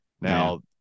now